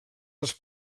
les